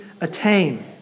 attain